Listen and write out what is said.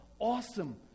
awesome